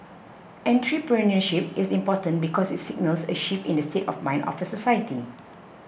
entrepreneurship is important because it signals a shift in the state of mind of a society